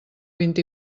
vint